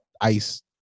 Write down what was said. ice